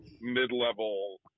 mid-level